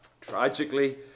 Tragically